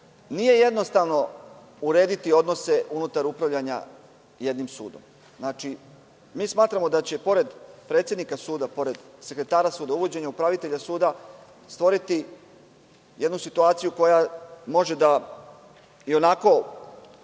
Nije jednostavno urediti odnose unutar upravljanja jednim sudom. Smatramo da će pored predsednika suda, sekretara suda uvođenje upravitelja suda stvoriti jednu situaciju koja može da ionako